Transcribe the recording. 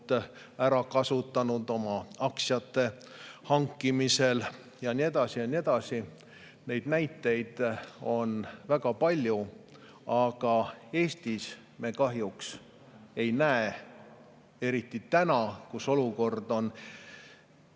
ärakasutamises aktsiate hankimisel ja nii edasi ja nii edasi. Neid näiteid on väga palju. Aga Eestis me kahjuks seda ei näe. Nüüd, kus olukord on